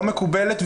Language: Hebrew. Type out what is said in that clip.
לא מקובלת,